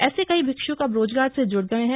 ऐसे कई भिक्षुक अब रोजगार से ज्ड़ गए हैं